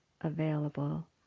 available